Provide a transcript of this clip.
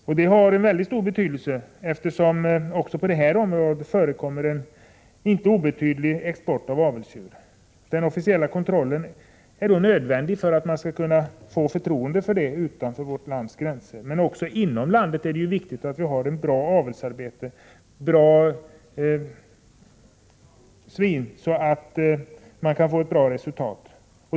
Detta har mycket stor betydelse, eftersom det också när det gäller svin förekommer en icke obetydlig export. En officiell kontroll är nödvändig för att man utanför vårt lands gränser skall kunna upprätthålla förtroendet för detta arbete. Men också för våra behov inom landet är det viktigt att vi har ett bra avelsarbete, bra svin, så att vi får ett bra resultat.